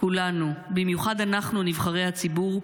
כולנו, ובמיוחד אנחנו, נבחרי הציבור,